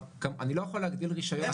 אני לא יכול להגדיל רשיון,